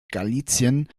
galizien